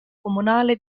comunale